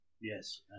Yes